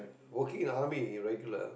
working in army regular